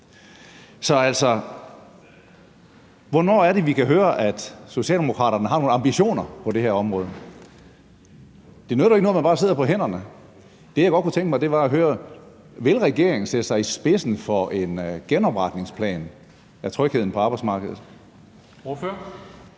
Så hvornår er det, vi kan høre at Socialdemokraterne har nogle ambitioner på det her område? Det nytter jo ikke noget, at man bare sidder på hænderne. Det, jeg godt kunne tænke mig, var at høre: Vil regeringen sætte sig i spidsen for en genopretningsplan for trygheden på arbejdsmarkedet?